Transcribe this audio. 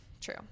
true